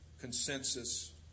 consensus